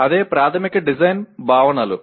అదే ప్రాథమిక డిజైన్ భావనలు